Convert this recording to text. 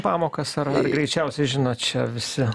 pamokas ar greičiausiai žino čia visi